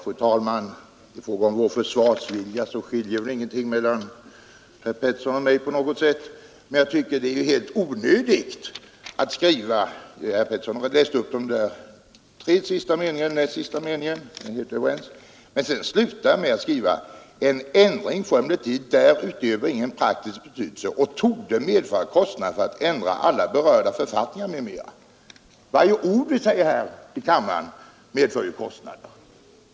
Fru talman! I fråga om försvarsviljan skiljer väl ingenting mellan herr Petersson i Gäddvik och mig. Om de meningar som herr Petersson läste upp är vi helt överens. Men sedan slutar utskottet sitt betänkande med Nr 106 att skriva: ”En ändring får emellertid därutöver ingen praktisk betydelse Onsdagen den och torde medföra kostnader för att ändra alla berörda författningar 1 november 1972 m.m.” Varför diskutera kostnader i just detta sammanhang? Varje ord vi om fs säger här i kammaren medför ju kostnader, eller hur? Underrättelse till anhörig om dödsfall